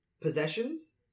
Possessions